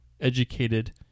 educated